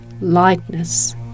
lightness